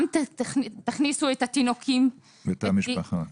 גם תכניסו את התינוקות ואת המשפחה,